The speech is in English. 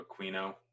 Aquino